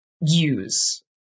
use